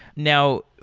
now,